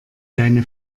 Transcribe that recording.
deine